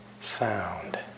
sound